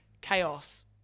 chaos